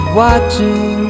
watching